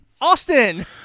Austin